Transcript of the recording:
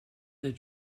their